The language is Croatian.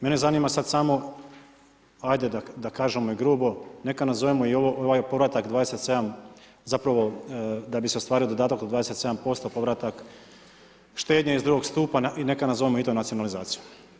Mene zanima sad samo, ajde da kažemo u grubo, neka nazovemo i ovaj povratak 27, zapravo da bi se ostvario dodatak od 27% povratak štednje iz drugog stupa i neka nazovemo i to nacionalizacijom.